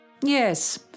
Yes